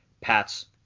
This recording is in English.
Pats